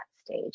stage